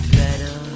better